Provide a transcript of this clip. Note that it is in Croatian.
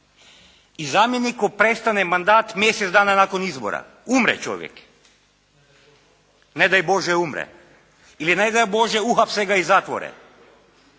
I zamjeniku prestane mandat mjesec dana nakon izbora. Umre čovjek. Ne daj Bože umre. Ili ne daj Bože uhapse ga i zatvore.